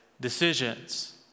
decisions